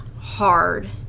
hard